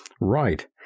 right